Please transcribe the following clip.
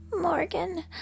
Morgan